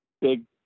big